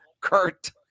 Kurt